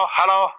hello